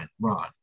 Ron